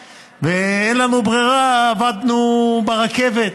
ברירה, יעבדו.